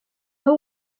who